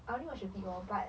I only watch a bit lor but